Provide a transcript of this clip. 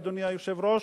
אדוני היושב-ראש,